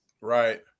right